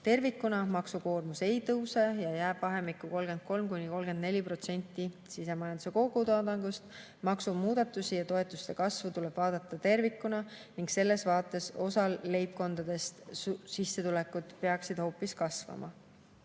Tervikuna maksukoormus ei tõuse ja jääb vahemikku 33–34% sisemajanduse kogutoodangust. Maksumuudatusi ja toetuste kasvu tuleb vaadata tervikuna ning selles vaates osal leibkondadest sissetulekud peaksid hoopis kasvama.